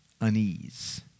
unease